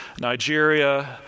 Nigeria